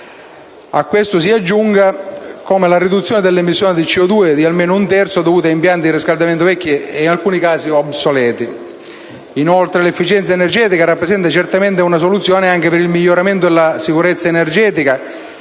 a questo si aggiunga la riduzione dell'emissione di CO2 di almeno un terzo, dovuta ad impianti di riscaldamento vecchi e in alcuni casi obsoleti. Inoltre, l'efficienza energetica rappresenta certamente una soluzione anche per il miglioramento della sicurezza energetica